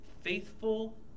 faithful